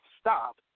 stop